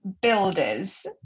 builders